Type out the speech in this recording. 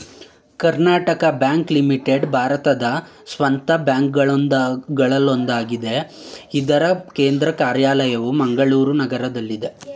Karnataka bank limited ಭಾರತದ ಸ್ವಂತ ಬ್ಯಾಂಕ್ಗಳಲ್ಲೊಂದಾಗಿದೆ ಇದ್ರ ಕೇಂದ್ರ ಕಾರ್ಯಾಲಯ ಮಂಗಳೂರು ನಗರದಲ್ಲಿದೆ